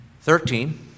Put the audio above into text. Thirteen